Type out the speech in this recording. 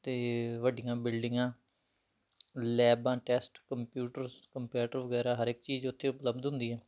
ਅਤੇ ਵੱਡੀਆਂ ਬਿਲਡਿੰਗਾਂ ਲੈਬਾਂ ਟੈਸਟ ਕੰਪਿਊਟਰ ਕੰਪਾਟਰ ਵਗੈਰਾ ਹਰ ਇੱਕ ਚੀਜ਼ ਉੱਥੇ ਉਪਲੱਬਧ ਹੁੰਦੀ ਹੈ